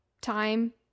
time